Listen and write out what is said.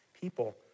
people